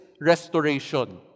Restoration